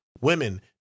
Women